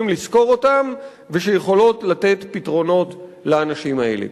לשכור אותן ושיכולות לתת פתרונות לאנשים האלה.